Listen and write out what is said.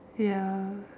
ya